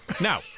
Now